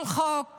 כל חוק